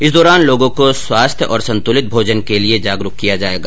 इस दौरान लोगों को स्वास्थ्य और संतुलित भोजन के लिये जागरूक किया जायेगा